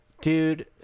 Dude